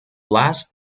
last